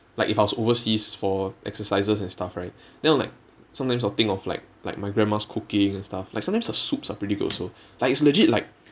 like if I was overseas for exercises and stuff right then I'll like sometimes I'll think of like like my grandma's cooking and stuff like sometimes the soups are pretty good also like it's legit like